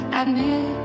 admit